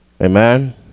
amen